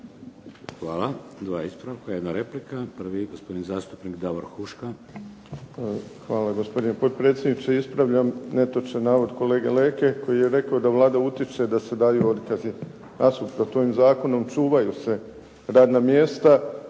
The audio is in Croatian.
Hvala. Dva ispravka, jedna replika. Prvi gospodin zastupnik Davor Huška. **Huška, Davor (HDZ)** Hvala, gospodine potpredsjedniče. Ispravljam netočan navod kolege Leke koji je rekao da Vlada utječe da se daju otkazi. Nasuprot, ovim zakonom čuvaju se radna mjesta